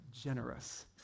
generous